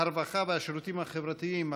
הרווחה והשירותים החברתיים,